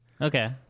Okay